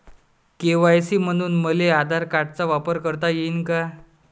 KYC म्हनून मले आधार कार्डाचा वापर करता येईन का?